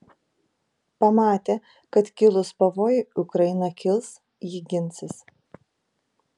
pamatė kad kilus pavojui ukraina kils ji ginsis